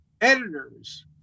editors